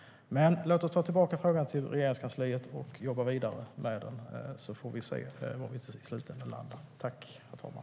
Låt oss ta tillbaka frågan till Regeringskansliet för att jobba vidare med den, så får vi se var vi i slutänden landar.